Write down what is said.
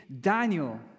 Daniel